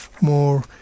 more